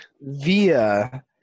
via